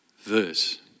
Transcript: verse